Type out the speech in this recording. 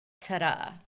ta-da